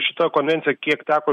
šita konvencija kiek teko